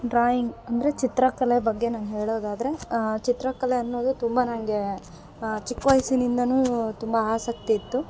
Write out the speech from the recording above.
drawing ಅಂದರೆ ಚಿತ್ರಕಲೆ ಬಗ್ಗೆ ನಾನು ಹೇಳೋದಾದರೆ ಚಿತ್ರಕಲೆ ಅನ್ನೋದು ತುಂಬ ನನಗೆ ಚಿಕ್ಕ ವಯ್ಸಿನಿಂದಲೂ ತುಂಬಾ ಆಸಕ್ತಿ ಇತ್ತು